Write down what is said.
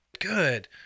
Good